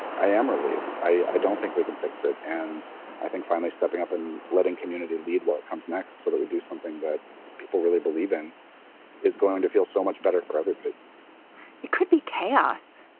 i am relieved. i don't think we can fix it. and i think finally stepping up and letting community lead what comes next so that we do something that people really believe in is going to feel so much better for everybody it could be chaos.